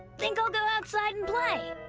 think i'll go outside and play.